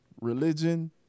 religion